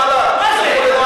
מה זה?